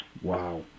Wow